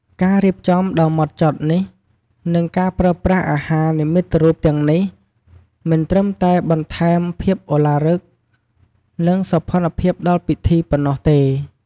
ការរៀបចំដ៏ហ្មត់ចត់ និងការប្រើប្រាស់អាហារនិមិត្តរូបទាំងនេះ មិនត្រឹមតែបន្ថែមភាពឧឡារិក និងសោភ័ណភាពដល់ពិធីប៉ុណ្ណោះទេ។